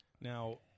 Now